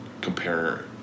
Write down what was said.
compare